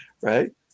Right